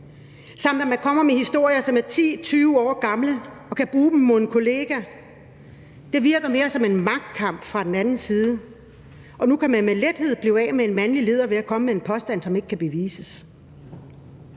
at man kommer med historier, som er 10, 20 år gamle, som kan bruges mod en kollega. Det virker mere som en magtkamp fra den andens side, og nu kan man med lethed blive af med en mandlig leder ved at komme med en påstand, som ikke kan bevises.